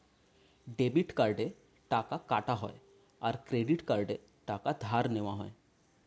debit কার্ডে টাকা কাটা হয় আর ক্রেডিট কার্ডে টাকা ধার নেওয়া হয়